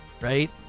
right